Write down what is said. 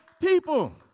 people